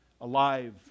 Alive